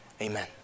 Amen